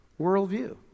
worldview